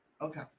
Okay